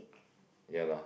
ya lor